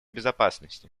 безопасности